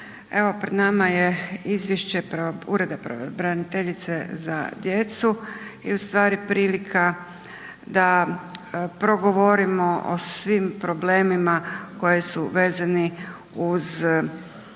Evo pred nama je Ureda pravobraniteljice za djecu i ustvari prilika da progovorimo o svim problemima koje su vezani uz